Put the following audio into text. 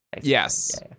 Yes